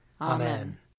Amen